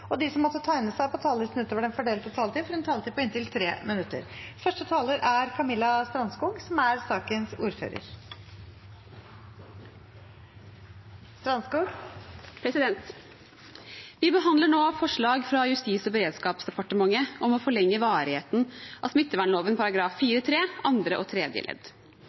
og de som måtte tegne seg på talerlisten utover den fordelte taletid, får også en taletid på inntil 3 minutter. Vi behandler nå forslag fra Justis- og beredskapsdepartementet om å forlenge varigheten av smittevernloven § 4-3 andre og tredje ledd.